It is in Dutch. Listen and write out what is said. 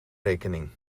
rekening